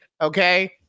Okay